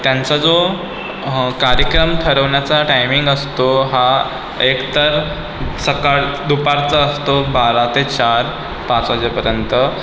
त्यांचा जो कार्यक्रम ठरवण्याचा टाइमिंग असतो हा एकतर सकाळ दुपारचा असतो बारा ते चार पाच वाजेपर्यंत